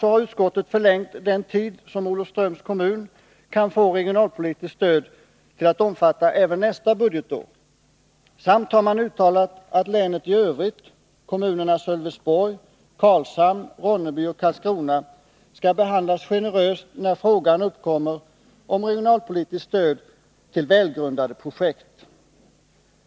a. har utskottet förlängt den tid under vilken Olofströms kommun kan få regionalpolitiskt stöd till att omfatta även nästa budgetår, samt uttalat att länet i övrigt — kommunerna Sölvesborg, Karlshamn, Ronneby och Karlskrona — skall behandlas generöst när frågan om regionalpolitiskt stöd till väl grundade projekt uppkommer.